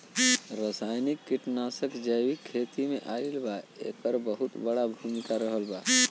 रासायनिक कीटनाशक जबसे खेती में आईल बा येकर बहुत बड़ा भूमिका रहलबा